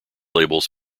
labels